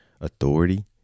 authority